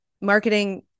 Marketing